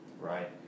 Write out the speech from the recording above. Right